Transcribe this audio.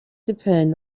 depend